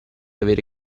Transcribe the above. avere